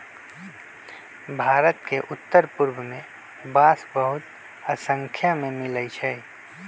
भारत के उत्तर पूर्व में बांस बहुत स्नाख्या में मिला हई